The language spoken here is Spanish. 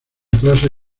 clase